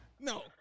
No